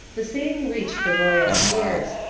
the saying reached the royal ears,